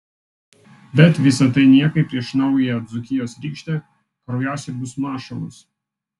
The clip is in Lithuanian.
bet visa tai niekai prieš naująją dzūkijos rykštę kraujasiurbius mašalus